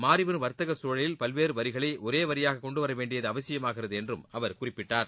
மாறிவரும் வர்த்தக குழலில் பல்வேறு வரிகளை ஒரே வரியாக கொண்டுவரவேண்டியது அவசியமாகிறது என்றும் அவர் குறிப்பிட்டார்